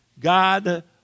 God